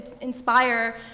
inspire